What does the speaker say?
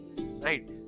right